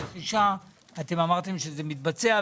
אמרתם שזה מתבצע,